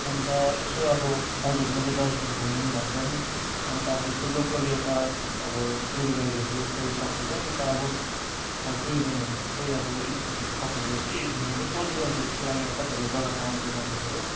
अन्त यसो अब हजुर म चाहिँ दार्जिलिङ घुमौँ भनेर नि अन्त अब यसो लोकल एउटा अब टुर गाइडहरू कोही पक्रेर कि त अब टुरिज्महरूको कोही अब एजेन्सीहरू पक्रेर चाहिँ घुमेको चाहिँ सजिलो हुन्थ्यो जस्तो लाग्यो अब तपाईँहरूलाई जग्गा थाहा हुन्छ मज्जाले हो